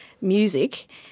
music